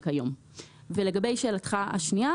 לבוא ולומר שאנחנו שומרים עכשיו על צדק ועל זכויות אזרח?